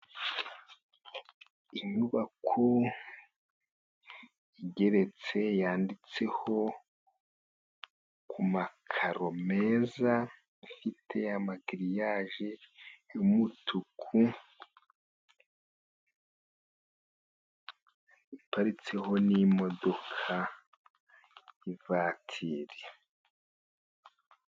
Inyubako igeretse yanditseho ku makaro meza afite amagiriyaje y'umutuku, iparitseho n'imodoka y'ivatiri.